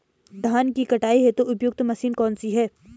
धान की कटाई हेतु उपयुक्त मशीन कौनसी है?